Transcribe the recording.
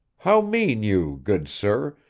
how mean you, good sir,